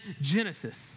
Genesis